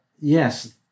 Yes